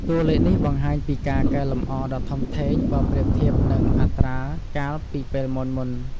តួលេខនេះបង្ហាញពីការកែលម្អដ៏ធំធេងបើប្រៀបធៀបនឹងអត្រាកាលពីពេលមុនៗ។